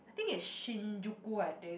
think it's Shinjuku I think